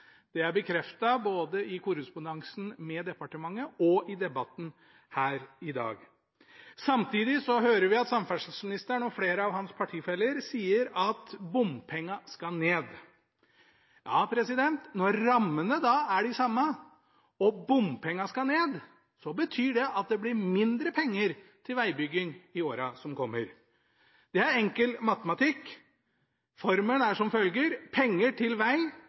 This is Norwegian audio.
Det er bekreftet i korrespondansen med departementet og i debatten her i dag. Samtidig hører vi at samferdselsministeren og flere av hans partifeller sier at bompengene skal ned. Når rammene er de samme og bompengene skal ned, betyr det at det blir mindre penger til vegbygging i åra som kommer. Det er enkel matematikk. Formelen er som følger: Penger til